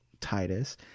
Titus